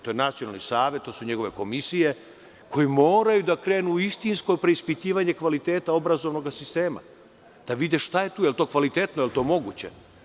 To je Nacionalni savet, to su njegove komisije koje moraju da krenu u istinsko preispitivanje kvaliteta obrazovnog sistema, da vide da li je to kvalitetno, da li je moguće.